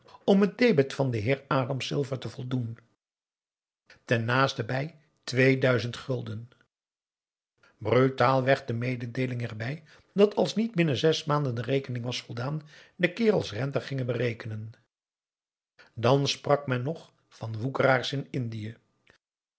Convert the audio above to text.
om het debet van den heer adam silver te voldoen ten naasten bij twee duizend gulden brutaalweg de mededeeling erbij dat als niet binnen zes maanden de rekening was voldaan de kerels rente gingen berekenen dan sprak men nog van woekeraars in indië